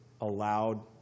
allowed